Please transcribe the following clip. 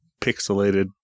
pixelated